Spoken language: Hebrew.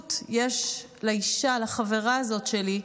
התמודדות יש לאישה, לחברה הזאת שלי.